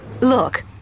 look